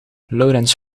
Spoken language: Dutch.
laurens